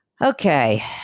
Okay